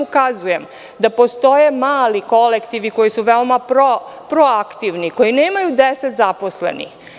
Ukazujem vam da postoje mali kolektivi, koji su veoma proaktivni, koji nemaju 10 zaposlenih.